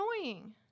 annoying